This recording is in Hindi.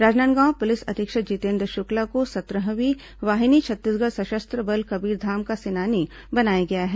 राजनांदगांव पुलिस अधीक्षक जितेन्द्र शुक्ला को सत्रहवीं वाहिनी छत्तीसगढ़ सशस्त्र बल कबीरधाम का सेनानी बनाया गया है